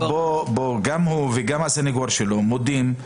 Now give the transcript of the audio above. כאן גם הוא וגם הסניגור שלו מודים.